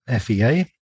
FEA